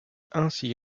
ainsi